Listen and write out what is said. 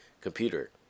computer